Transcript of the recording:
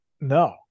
No